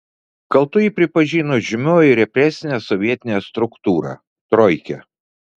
kaltu jį pripažino žymioji represinė sovietinė struktūra troikė